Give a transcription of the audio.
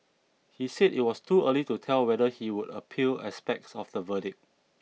he said it was too early to tell whether he would appeal aspects of the verdict